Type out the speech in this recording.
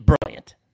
brilliant